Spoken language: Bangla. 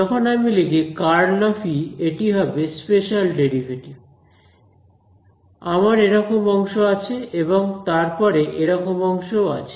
যখন আমি লিখি ∇× E এটি হবে স্পেশিয়াল ডেরিভেটিভ আমার এরকম অংশ আছে এবং তারপরে এরকম অংশও আছে